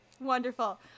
Wonderful